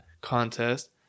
contest